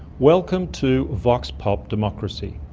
welcome to vox pop democracy.